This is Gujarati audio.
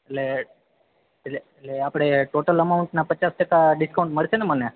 એટલે એટલે આપડે ટોટલ અમોઉન્ટ ના પચાસ ટકા ડિસ્કાઉન્ડ મળશેને મને